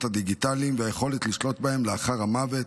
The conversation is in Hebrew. הדיגיטליים ואת היכולת לשלוט בהם לאחר המוות,